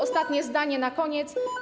Ostatnie zdanie na koniec.